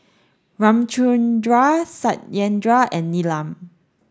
Ramchundra Satyendra and Neelam